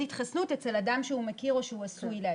התחסנות אצל אדם שהוא מכיר או שהוא עשוי להכיר.